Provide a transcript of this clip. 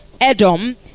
Adam